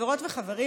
חברות וחברים,